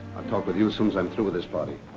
but you as soon as i'm through with this party.